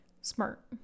Smart